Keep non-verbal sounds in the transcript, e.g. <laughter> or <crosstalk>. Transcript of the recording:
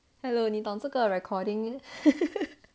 hello 你懂这个 recording <laughs>